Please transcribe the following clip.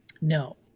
No